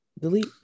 Delete